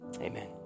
amen